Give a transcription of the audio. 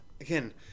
Again